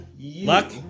Luck